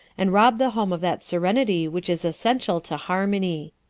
and rob the home of that serenity which is essential to harmony.